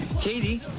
katie